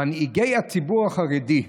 מנהיגי הציבור החרדי.